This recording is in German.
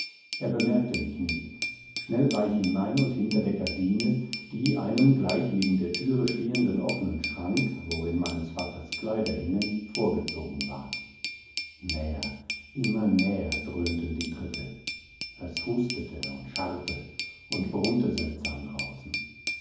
er bemerkte mich nicht schnell war ich hinein und hinter der gardine die einem gleich neben der türe stehenden offnen schrank worin meines vaters kleider hingen vorgezogen war näher immer näher dröhnten die tritte es hustete und scharrte und brummte seltsam draußen